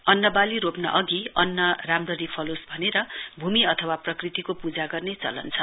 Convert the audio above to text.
अन्नवाली रोप्न अघि अन्न राम्ररी फलोस् भनेर भूमि अथवा प्रकृतिको पूजा गर्ने चलन छ